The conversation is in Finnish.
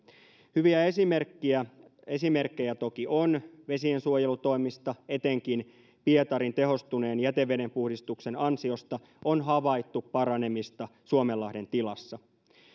hyviä esimerkkejä esimerkkejä toki on vesiensuojelutoimista etenkin pietarin tehostuneen jätevedenpuhdistuksen ansiosta on havaittu paranemista suomenlahden tilassa